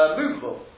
movable